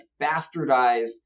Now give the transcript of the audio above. bastardized